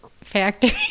factory